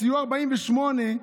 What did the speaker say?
סיוע 48,